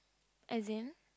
as in